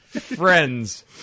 Friends